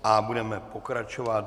A budeme pokračovat.